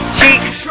cheeks